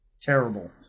terrible